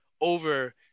over